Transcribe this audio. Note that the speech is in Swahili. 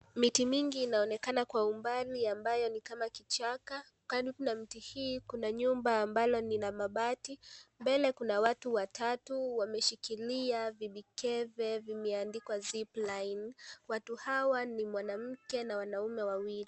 Miti mingi inaonekana kwa umbali ambayo ni kama kichaka. Karibu na miti hii, kuna nyumba ambalo lina mabati. Mbele kuna watu watatu, wameshikilia vibikebe zimeandikwa " Zip Line ". Watu hawa ni mwanamke na wanaume wawili.